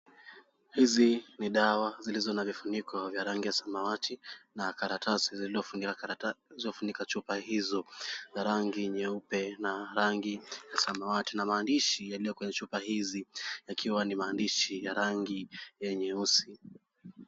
Hizi ni dawa zilizo na vifuniko vya rangi ya samawati na karatasi zilizo funika chupa hizo za rangi nyeupe na rangi ya samawati na maandishi yaliyo kwenye chupa hizi yakiwa ni maandishi ya rangi ya nyeusi.